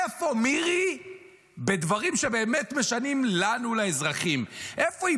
איפה מירי בדברים שבאמת משנים לנו לאזרחים: איפה היא